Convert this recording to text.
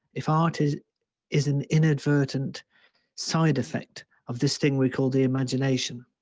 if art is is an inadvertent side effect of this thing we call the imagination.